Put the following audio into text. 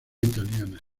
italiana